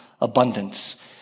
abundance